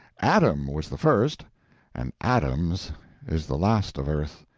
adam was the first and adams is the last of earth,